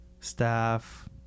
staff